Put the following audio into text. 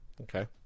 Okay